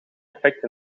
effect